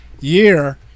year